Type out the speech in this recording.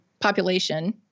population